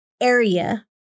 area